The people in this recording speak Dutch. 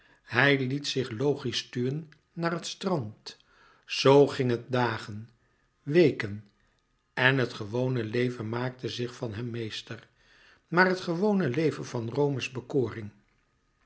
hij liet zich logisch stuwen naar het strand zoo ging het dagen weken en het gewone leven maakte zich van hem meester maar het gewone leven van